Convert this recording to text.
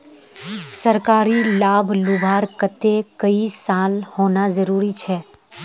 सरकारी लाभ लुबार केते कई साल होना जरूरी छे?